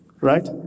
Right